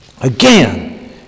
again